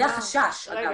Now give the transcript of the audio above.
זה החשש, אגב.